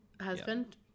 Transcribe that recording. husband